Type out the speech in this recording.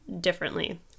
differently